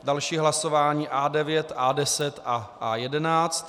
Další hlasování A9, A10 a A11.